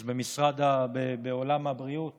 בעולם הבריאות